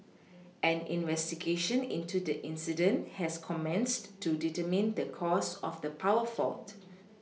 an investigation into the incident has commenced to determine the cause of the power fault